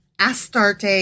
Astarte